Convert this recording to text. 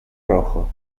rojo